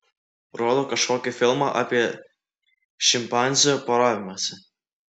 rodo kažkokį filmą apie šimpanzių poravimąsi